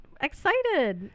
excited